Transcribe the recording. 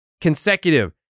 consecutive